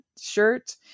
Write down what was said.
shirt